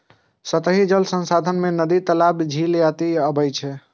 सतही जल संसाधन मे नदी, तालाब, झील इत्यादि अबै छै